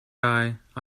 i—i